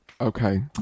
okay